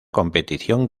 competición